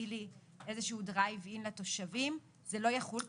שתפעיל לי איזה שהוא דרייב אין לתושבים זה לא יחול,